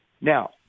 Now